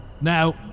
Now